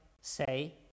say